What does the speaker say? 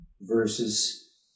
verses